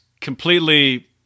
completely